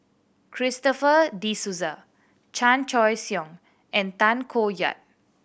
Christopher De Souza Chan Choy Siong and Tay Koh Yat